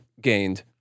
gained